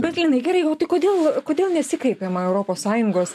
bet linai gerai o tai kodėl kodėl nesikreipiama į europos sąjungos